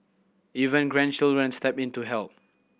even grandchildren step in to help